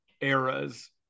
eras